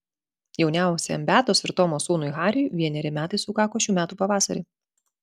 jauniausiajam beatos ir tomo sūnui hariui vieneri metai sukako šių metų pavasarį